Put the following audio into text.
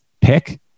pick